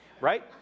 right